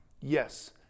Yes